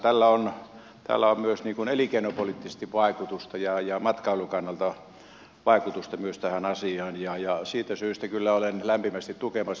tällä on myös elinkeinopoliittisesti ja matkailun kannalta vaikutusta tähän asiaan ja siitä syystä kyllä olen lämpimästi tätä tukemassa